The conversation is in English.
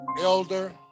Elder